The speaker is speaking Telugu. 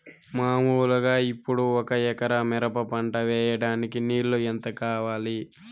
మామూలుగా ఇప్పుడు ఒక ఎకరా మిరప పంట వేయడానికి నీళ్లు ఎంత కావాలి?